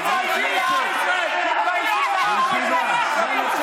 בישיבה, נא לשבת.